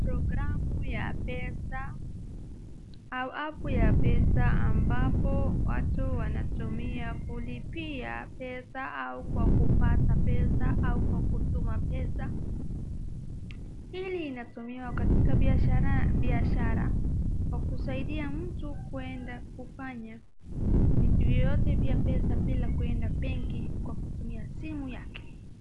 Programu ya pesa, au apu ya pesa ambapo watu wanatumia kulipia pesa au kwa kupata pesa au kwa kutuma pesa, hii inatumiwa katika biashara kwa kusaidia mtu kwenda kufanya vitu vyovyote vya pesa bila kwenda benki kwa kutumia simu yake.